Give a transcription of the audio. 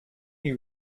you